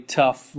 tough